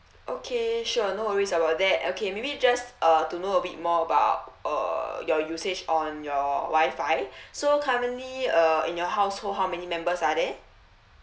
okay sure no worries about that okay maybe just uh to know a bit more about uh your usage on your WI-FI so currently uh in your household how many members are there